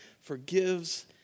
forgives